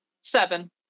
Seven